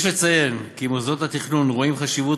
יש לציין כי מוסדות התכנון רואים חשיבות